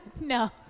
No